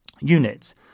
units